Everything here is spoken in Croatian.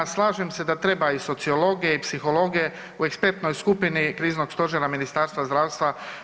Slažem se da treba i sociologe, i psihologe u ekspertnoj skupini kriznog stožera Ministarstva zdravstva.